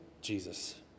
Jesus